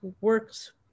works